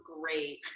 great